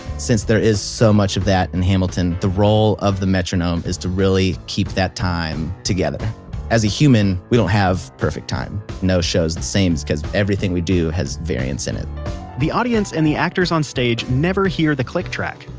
since there is so much of that in hamilton, the role of the metronome is to really keep that time together as a human, we don't have perfect time, no show is the same because everything we do has variance in it the audience and actors on stage never hear the click track.